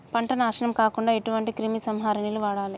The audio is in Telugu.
పంట నాశనం కాకుండా ఎటువంటి క్రిమి సంహారిణిలు వాడాలి?